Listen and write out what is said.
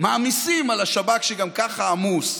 מעמיסים על השב"כ, שגם ככה עמוס,